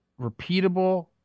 repeatable